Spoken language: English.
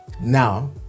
Now